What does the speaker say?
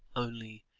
only,